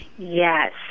Yes